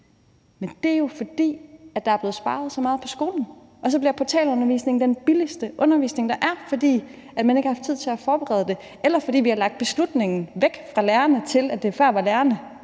Men det skyldes jo, at der er blevet sparet så meget på skolen, og så bliver portalundervisningen den billigste undervisning, der er, fordi man ikke har haft tid til at forberede det, eller fordi vi har flyttet beslutningstagningen væk fra lærerne, sådan at hvor det før var lærerne,